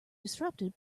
disrupted